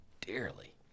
dearly